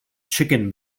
chicken